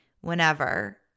whenever